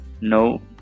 No